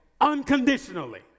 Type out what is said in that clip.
unconditionally